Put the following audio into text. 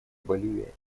боливия